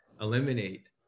eliminate